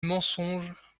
mensonge